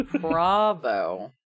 Bravo